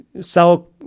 sell